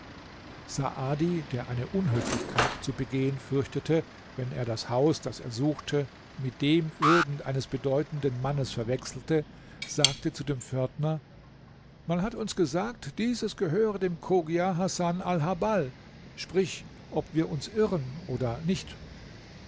der eine unhöflichkeit zu begehen fürchtete wenn er das haus das er suchte mit dem irgend eines bedeutenden mannes verwechselte sagte zu dem pförtner man hat uns gesagt dieses gehöre dem chogia hasan alhabbal sprich ob wir uns irren oder nicht